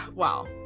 wow